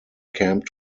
camp